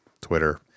Twitter